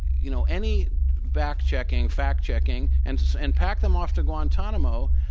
you know, any back checking, fact checking, and and packed them off to guantanamo.